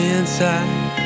inside